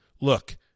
Look